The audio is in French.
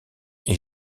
est